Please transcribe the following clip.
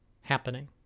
happening